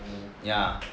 ya